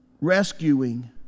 rescuing